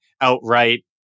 outright